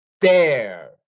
dare